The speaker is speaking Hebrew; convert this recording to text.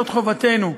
זאת חובתנו,